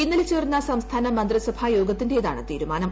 ഇന്നലെ ചേർന്ന സംസ്ഥാന മന്ത്രിസഭാ യോഗത്തിന്റെതാണ് തീരുമാനം